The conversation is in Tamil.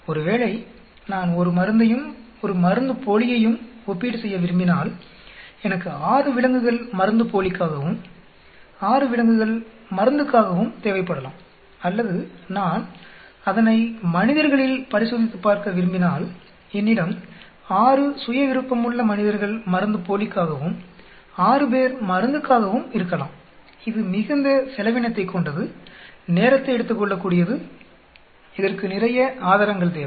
ஒருவேளை நான் ஒரு மருந்தையும் ஒரு மருந்துப்போலியையும் ஒப்பீடு செய்ய விரும்பினால் எனக்கு 6 விலங்குகள் மருந்துப்போலிக்காகவும் 6 விலங்குகள் மருந்துக்காகவும் தேவைப்படலாம் அல்லது நான் அதனை மனிதர்களில் பரிசோதித்துப் பார்க்க விரும்பினால் என்னிடம் 6 சுயவிருப்பமுள்ள மனிதர்கள் மருந்துப்போலிக்காகவும் 6 பேர் மருந்துக்காகவும் இருக்கலாம் இது மிகுந்த செலவினத்தைக்கொண்டது நேரத்தை எடுத்துக்கொள்ளக்கூடியது இதற்கு நிறைய ஆதாரங்கள் தேவை